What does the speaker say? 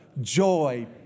joy